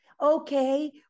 Okay